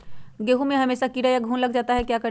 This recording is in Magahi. गेंहू में हमेसा कीड़ा या घुन लग जाता है क्या करें?